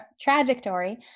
trajectory